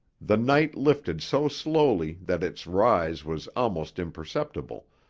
the night lifted so slowly that its rise was almost imperceptible,